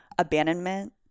abandonment